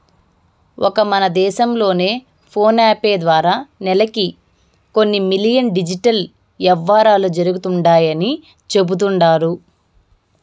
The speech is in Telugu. ఒక్క మన దేశం లోనే ఫోనేపే ద్వారా నెలకి కొన్ని మిలియన్ డిజిటల్ యవ్వారాలు జరుగుతండాయని సెబుతండారు